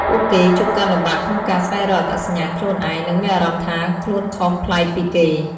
ពួកគេជួបការលំបាកក្នុងការស្វែងរកអត្តសញ្ញាណខ្លួនឯង និងមានអារម្មណ៍ថាខ្លួនខុសប្លែកពីគេ។